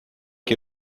que